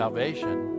Salvation